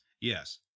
Yes